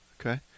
Okay